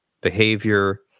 behavior